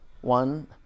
One